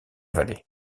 vallée